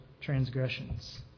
transgressions